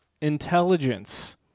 intelligence